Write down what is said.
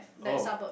oh